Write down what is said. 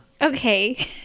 Okay